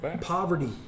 poverty